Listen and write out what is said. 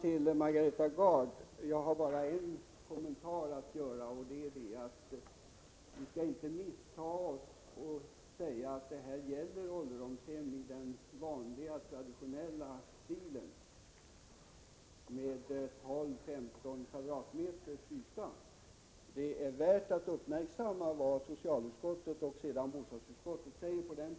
Till Margareta Gard vill jag göra följande kommentar: Vi skall inte missta oss och säga att det här gäller vanliga traditionella ålderdomshem med rum på 12-15 kvadratmeter. Det är värt att uppmärksamma vad socialutskottet och sedan bostadsutskottet sagt på den punkten.